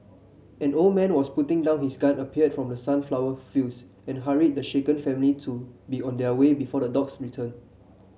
an old man was putting down his gun appeared from the sunflower fields and hurried the shaken family to be on their way before the dogs return